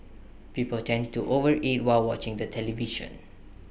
people tend to overeat while watching the television